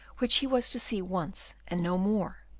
which he was to see once and no more.